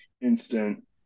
instant